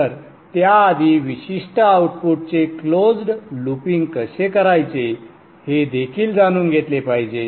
तर त्याआधी विशिष्ट आउटपुटचे क्लोज्ड लूपिंग कसे करायचे हे देखील जाणून घेतले पाहिजे